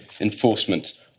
enforcement